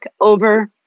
over